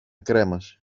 κρέμασε